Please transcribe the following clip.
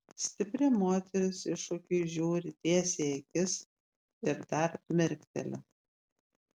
stipri moteris iššūkiui žiūri tiesiai į akis ir dar mirkteli